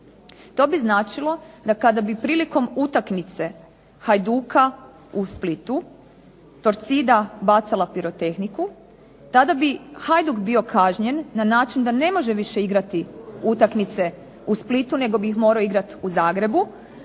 To bi značilo da kada bi prilikom utakmice Hajduka u Splitu, Torcida bacala pirotehniku tada bi Hajduk bio kažnjen na način da ne može više igrati utakmice u Splitu, nego bi ih morao igrati u Zagrebu